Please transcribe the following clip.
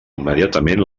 immediatament